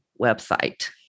website